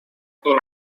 اینها